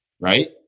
right